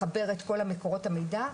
לחבר את כל מקורות המידע,